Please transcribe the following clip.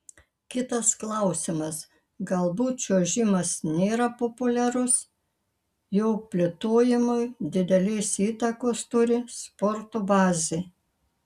kitas klausimas galbūt čiuožimas nėra populiarus jo plėtojimui didelės įtakos turi sporto bazė